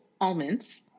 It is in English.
almonds